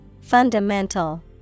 Fundamental